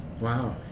Wow